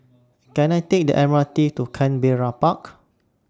Can I Take The M R T to Canberra Park